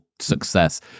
success